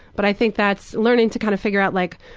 but i think that's learning to kind of figure out like,